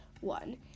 one